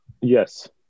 Yes